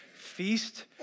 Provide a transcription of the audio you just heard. feast